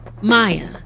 Maya